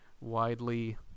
widely